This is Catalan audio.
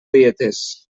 dietes